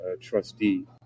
trustee